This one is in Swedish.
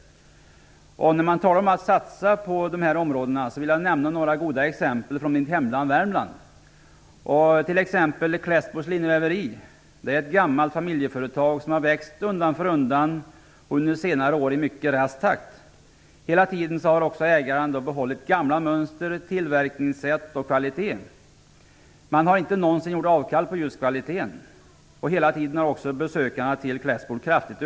När man talar om att satsa på dessa områden vill jag nämna några goda exempel från mitt hemlän Värmland. Klässbols Linneväveri är ett gammalt familjeföretag som har växt undan för undan, under senare år i mycket rask takt. Hela tiden har dock ägarna behållit gamla mönster, tillverkningssätt och kvalitet. Man har inte någonsin gjort avkall på kvaliteten. Hela tiden har också antalet besökare till Klässbol ökat kraftigt.